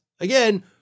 again